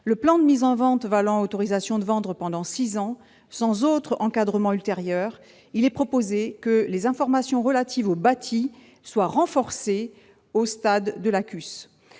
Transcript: Le plan de mise en vente valant autorisation de vendre pendant six ans, sans autre encadrement ultérieur, il est proposé que les informations relatives au bâti soient renforcées au stade de la CUS.